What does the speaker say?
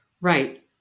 Right